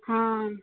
हां